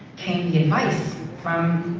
came the advice from